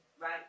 Right